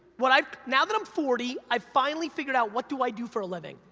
what i, now that i'm forty, i finally figured out what do i do for a living,